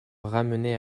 ramener